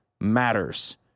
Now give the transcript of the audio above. matters